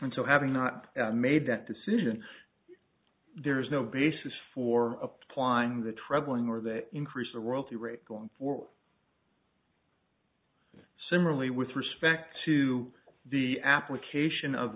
and so having not made that decision there's no basis for applying the troubling or that increase the royalty rate going forward similarly with respect to the application of